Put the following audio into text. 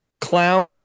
clown